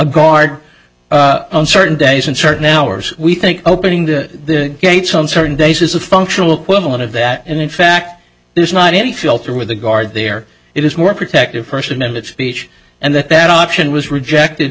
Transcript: guard on certain days and certain hours we think opening the gates on certain days is a functional equivalent of that and in fact there's not any fell through the guard there it is more protected first amendment speech and that that option was rejected